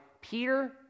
Peter